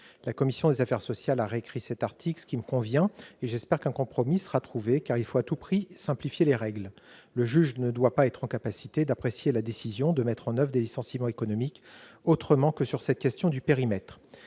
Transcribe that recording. La commission des affaires sociales a réécrit cet article d'une façon qui me convient. J'espère qu'un compromis sera trouvé, car il faut à tout prix simplifier les règles. Le juge ne doit pas être en capacité d'apprécier la décision de mettre en oeuvre des licenciements économiques autrement qu'au travers de cette question du périmètre.